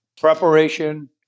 preparation